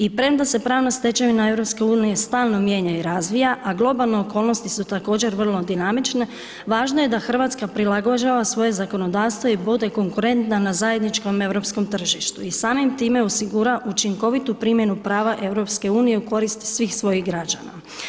I premda se pravna stečevina EU stalno mijenja i razvija, a globalne okolnosti su također vrlo dinamične, važno je da Hrvatska prilagođava svoje zakonodavstvo i bude konkurentna na zajedničkom Europskom tržištu i samim time osigura učinkovitu primjenu prava EU u korist svih svojih građana.